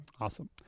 Awesome